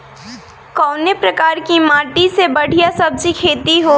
कवने प्रकार की माटी में बढ़िया सब्जी खेती हुई?